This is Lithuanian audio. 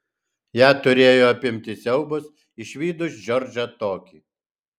ją turėjo apimti siaubas išvydus džordžą tokį